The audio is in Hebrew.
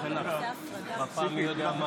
גמלתהו טוב ולא רע כל ימי חייה".